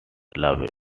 loved